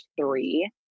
three